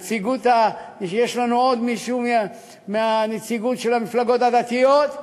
יש לנו עוד מישהו מהנציגות של המפלגות הדתיות,